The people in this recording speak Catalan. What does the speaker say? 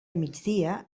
migdia